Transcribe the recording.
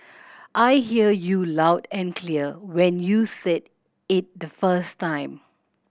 I hear you loud and clear when you said it the first time